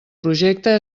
projecte